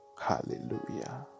Hallelujah